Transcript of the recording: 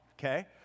okay